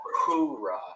hoorah